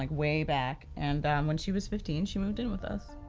like way back. and when she was fifteen she moved in with us.